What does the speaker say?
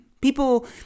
people